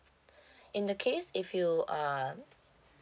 in the case if you um